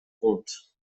conte